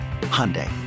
Hyundai